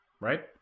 Right